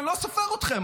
אני לא סופר אתכם.